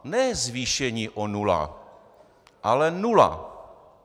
Ne zvýšení o nula, ale nula.